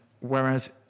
Whereas